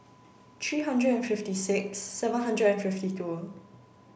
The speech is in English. three hundred and fifty six seven hundred and fifty two